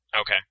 Okay